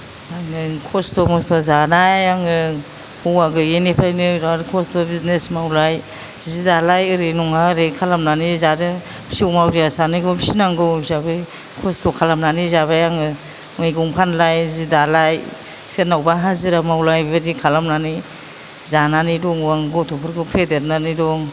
आङो खस्त' मस्त' जानाय आङो हौवा गैयिनिफ्रायनो बेराद कस्त' बिजनेस मावलाय जि दालाय ओरै नङा ओरै खालामनानै जादों फिसा आंना सानैखौबे फिसिनांगौ जाहा बै खस्त' खालामनानै जाबाय आङो मैगं फानलाय जि दालाय सोरनावबा हाजिरा मावलाय बेबादि खालामनानै जानानै दङ आं गथ'फोरखौ फेदेरनानै दं